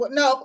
no